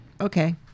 Okay